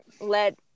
let